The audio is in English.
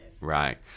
Right